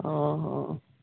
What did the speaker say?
ଅ ହ